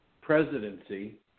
presidency